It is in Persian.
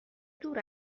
دور